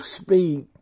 speak